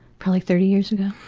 probably thirty years ago.